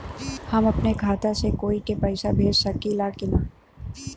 हम अपने खाता से कोई के पैसा भेज सकी ला की ना?